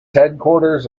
headquarters